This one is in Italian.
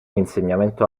insegnamento